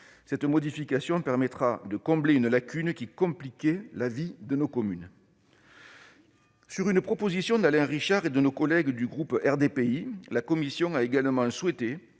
Cette modification permettra de combler une lacune qui compliquait la vie de nos communes. Sur une proposition d'Alain Richard et d'autres collègues du groupe RDPI, la commission a également souhaité